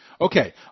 okay